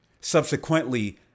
Subsequently